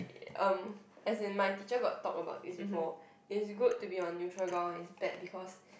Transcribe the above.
erm as in my teacher got talk about this before is good to be on neutral ground it's bad because